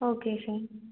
okay sir